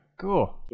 cool